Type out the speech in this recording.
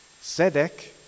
Zedek